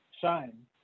shine